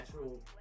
natural